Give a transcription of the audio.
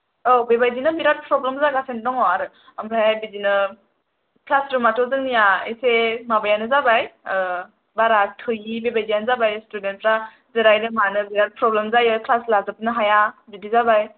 औ बेबायदिनो बेराद प्रब्लेम जागासिनो दङ आरो ओमफ्राय बिदिनो क्लासरुमाथ' जोंनिया इसे माबायानो जाबाय ओ बारा थोयि बेबायदिआनो जाबाय स्टुडेन्स फ्रा जिरायनो मानो बिराद प्रब्लेम जायो क्लास लाजोबनो हाया बिदि जाबाय